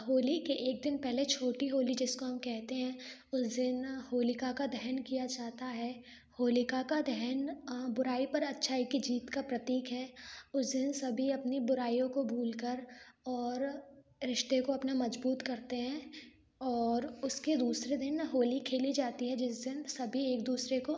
होली के एक दिन पहले छोटी होली जिसको हम कहते हैं उस दिन होलिका का दहन किया जाता है होलिका का दहन बुराई पर अच्छाई का जीत का प्रतीक है उस दिन सभी अपनी बुराइयों को भूल कर और रिश्ते को अपना मजबूत करते हैं और उसके दूसरे दिन होली खेले जाते हैं जिस दिन सभी एक दूसरे को